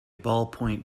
ballpoint